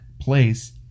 place